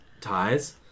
ties